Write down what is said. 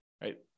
right